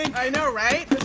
i know, right?